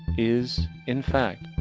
is, in fact,